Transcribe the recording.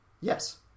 Yes